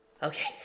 Okay